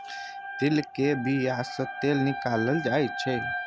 तिल केर बिया सँ तेल निकालल जाय छै